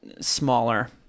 smaller